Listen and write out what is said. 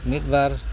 ᱢᱤᱫᱼᱵᱟᱨ